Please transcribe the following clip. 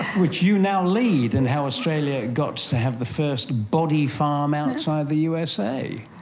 which you now lead, and how australia got to have the first body farm outside the usa.